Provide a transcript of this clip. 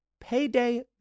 payday